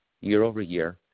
year-over-year